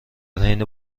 حین